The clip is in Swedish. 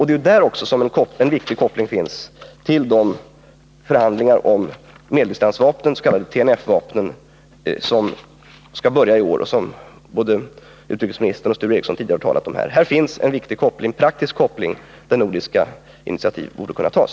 Det är också där som det finns en viktig koppling till de förhandlingar om medeldistansvapnen, TNF-vapnen, som skall börja i år och som både utrikesministern och Sture Ericson tidigare har talat om. Här finns en viktig, praktisk koppling, där nordiska initiativ borde kunna tas.